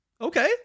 Okay